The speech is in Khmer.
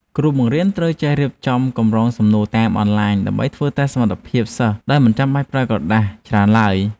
គ្រូបង្រៀនត្រូវចេះរៀបចំកម្រងសំណួរតាមអនឡាញដើម្បីធ្វើតេស្តសមត្ថភាពសិស្សដោយមិនចាំបាច់ប្រើប្រាស់ក្រដាសច្រើនឡើយ។